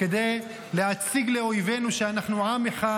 כדי להציג לאויבינו שאנחנו עם אחד